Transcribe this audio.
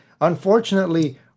Unfortunately